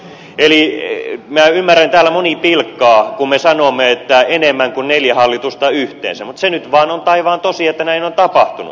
minä ymmärrän että täällä moni pilkkaa kun me sanomme että tämä hallitus on tehnyt enemmän kuin neljä hallitusta yhteensä mutta se nyt vaan on taivaan tosi että näin on tapahtunut